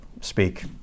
speak